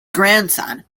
grandson